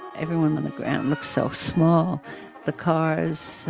everyone on the ground looked so small the cars,